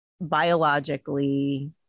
biologically